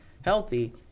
healthy